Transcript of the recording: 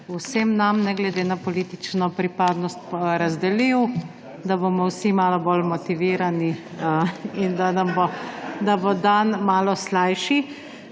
vsem nam, ne glede na politično pripadnost, razdelili, da bomo vsi malo bolj motivirani in da nam bo dan malo slajši.